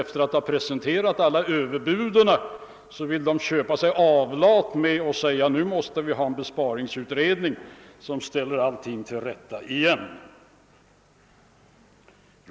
Efter att ha presenterat alla överbud vill man köpa sig avlat genom att föreslå en besparingsutredning som skall ställa allt till rätta.